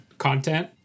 content